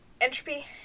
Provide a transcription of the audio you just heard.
Entropy